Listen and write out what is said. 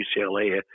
UCLA